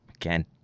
Again